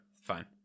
Fine